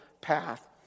path